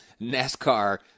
NASCAR